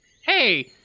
Hey